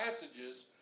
passages